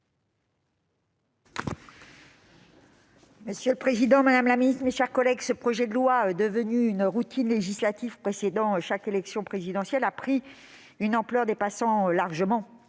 Monsieur le président, madame la ministre, mes chers collègues, ce projet de loi, qui aurait dû n'être qu'une routine législative précédant l'élection présidentielle, a pris une ampleur dépassant largement